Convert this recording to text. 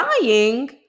dying